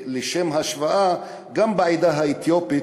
לשם השוואה: גם העדה האתיופית,